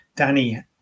Danny